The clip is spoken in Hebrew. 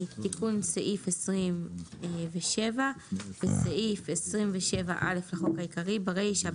תיקון סעיף 2721.בסעיף 27(א) לחוק העיקרי ברישה,